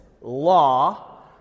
Law